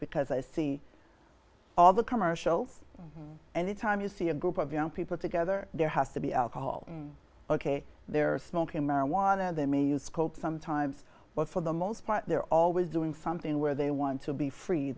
because i see all the commercials and it's time you see a group of young people together there has to be alcohol ok they're smoking marijuana they may use coke sometimes but for the most part they're always doing something where they want to be free